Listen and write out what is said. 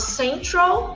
central